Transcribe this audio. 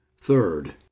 Third